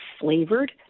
flavored